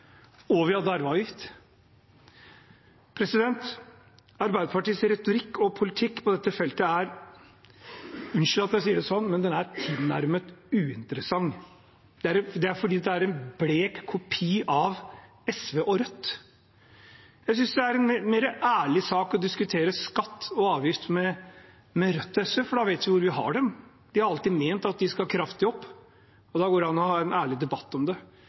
og vi hadde arveavgift. Arbeiderpartiets retorikk og politikk på dette feltet er – unnskyld at jeg sier det sånn – tilnærmet uinteressant, for det er en blek kopi av SV og Rødt. Jeg synes det er en mer ærlig sak å diskutere skatt og avgift med Rødt og SV, for vi vet hvor vi har dem. De har alltid ment at det skal kraftig opp, og da går det an å ha en ærlig debatt om det.